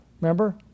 Remember